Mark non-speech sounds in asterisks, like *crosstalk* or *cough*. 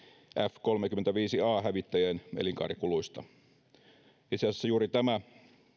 f kolmekymmentäviisi a hävittäjien elinkaarikuluista *unintelligible* itse asiassa juuri tämä *unintelligible*